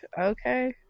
Okay